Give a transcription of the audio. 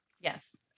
Yes